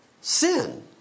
sin